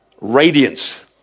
Radiance